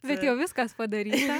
bet jau viskas padaryta